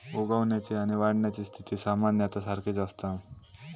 उगवण्याची आणि वाढण्याची स्थिती सामान्यतः सारखीच असता